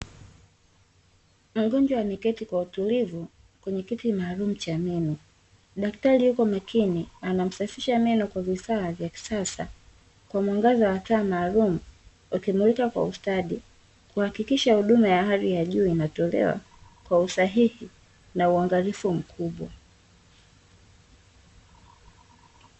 Mgonjwa ameketi kwa utulivu kwenye kiti maalum cha meno, daktari yuko makini anamsafisha meno kwa vifaa vya kisasa kwa mwangaza wa taa maalum ukimurika kwa ustadi kuhakikisha huduma ya hali ya juu inatolewa kwa usahihi na uangalifu mkubwa.